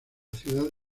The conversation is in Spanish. ciudad